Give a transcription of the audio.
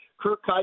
Kirk